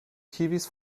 kiwis